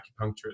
acupuncturist